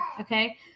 Okay